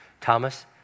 Thomas